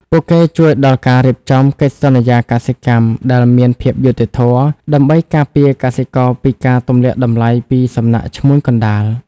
ពួកគេជួយដល់ការរៀបចំ "កិច្ចសន្យាកសិកម្ម" ដែលមានភាពយុត្តិធម៌ ដើម្បីការពារកសិករពីការទម្លាក់តម្លៃពីសំណាក់ឈ្មួញកណ្ដាល។